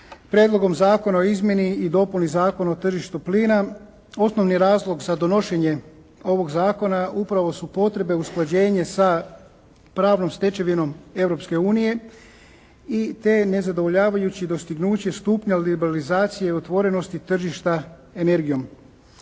Prijedlogom zakona o izmjeni i dopuni Zakona o tržištu plina, osnovni razlog za donošenje ovog zakona upravo su potrebe usklađenja sa pravnom stečevinom Europske unije i te nezadovoljavajuća dostignuća stupnja liberalizacije i otvorenosti tržišta energijom.